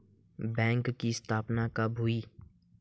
बैंकों की स्थापना कब हुई?